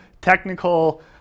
technical